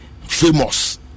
famous